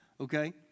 okay